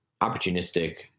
opportunistic